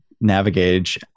navigate